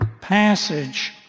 passage